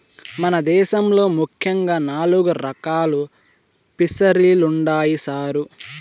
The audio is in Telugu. మన దేశంలో ముఖ్యంగా నాలుగు రకాలు ఫిసరీలుండాయి సారు